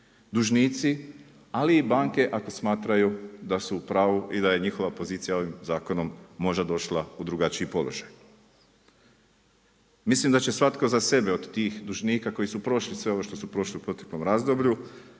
dužnici, ali i banke ako smatraju da su u pravu i da je njihova pozicija ovim zakonom možda došla u drugačiji položaj. Mislim da će svatko za sebe od tih dužnika koji su prošli sve ovo što su prošli u proteklom razdoblju